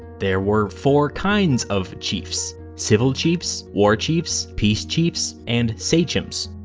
there were four kinds of chiefs civil chiefs, war chiefs, peace chiefs, and sachems.